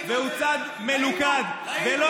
לעשות דה-לגיטימציה לרשויות החוק ולשלטונות החוק.